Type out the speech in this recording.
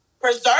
preserve